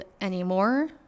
anymore